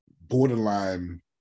borderline